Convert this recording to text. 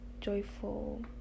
joyful